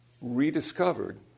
rediscovered